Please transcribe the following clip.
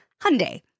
Hyundai